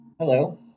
Hello